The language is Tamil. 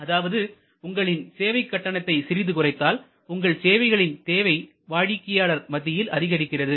அதாவது உங்களின் சேவை கட்டணத்தை சிறிது குறைத்தால் உங்கள் சேவைகளின் தேவை வாடிக்கையாளர் மத்தியில் அதிகரிக்கிறது